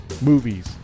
movies